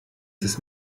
des